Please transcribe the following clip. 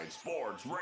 Sports